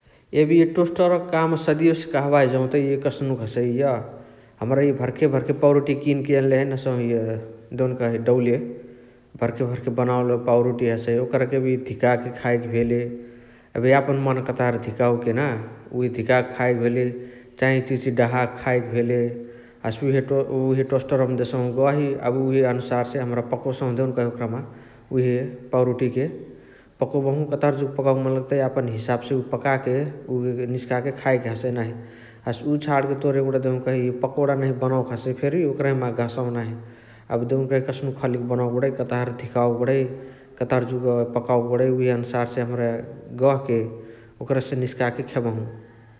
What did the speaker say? एबे इअ टोस्टरक काम सदियो कहबाही जौत इअ कस्नुक हसै इअ हमरा भर्खे भर्खे पौरोटिया किनके एनले हैने हसहु इअ देउनकही डौले । भर्खे भर्खे बनावल पाउरोटी हसइ ओकरके एबे धिकाके खाएके भेले । एबे यापन मन कतहर धिकावके ना । उहे धिकाके खाएके भेले चाही इचिहिची डहाके खाएके भेले । हसे तो हसे उहे टोस्टरवमा देसहु गही एबे उहे अनुसार हमरा पकोसहु देउनकही ओकरमा । उहे पाउरोटिके पकोबहु कतहर जुग पकावके मन लगताइ यापन हिसाबसे पकाके उ निस्काके खाएके हसइ नाही । हसे उ छाणके तोर एगुणा देउकही पकोणा नहिया बनावके हसइ फेरी ओकरहिमा गहसाहु नाही । एबे देउकही कसनुक खालीक बनवके बणइ कतहार धिकवके बणइ कतहर जुग पकावके बणइ उहे अनुसारसे हमरा गहके ओकरसे निसकाके खेबहु ।